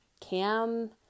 Cam